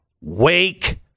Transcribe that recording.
wake